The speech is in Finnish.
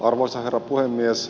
arvoisa herra puhemies